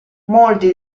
molti